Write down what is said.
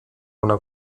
una